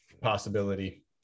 possibility